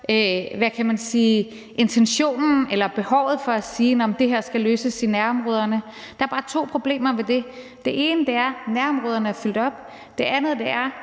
intentionen med eller behovet for at sige, at det her skal løses i nærområderne, men der er bare to problemer ved det. Det ene er, at nærområderne er fyldt op, og det andet er,